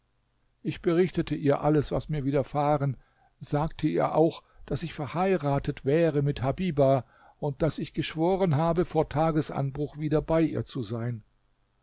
ich berichtete ihr alles was mir widerfahren sagte ihr auch daß ich verheiratet wäre mit habiba und daß ich geschworen habe vor tagesanbruch wieder bei ihr zu sein